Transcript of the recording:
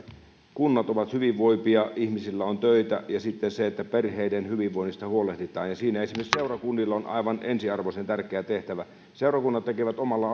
kunnat ovat hyvinvoivia ja ihmisillä on töitä ja sitten siitä että perheiden hyvinvoinnista huolehditaan siinä esimerkiksi seurakunnilla on aivan ensiarvoisen tärkeä tehtävä seurakunnat tekevät omalla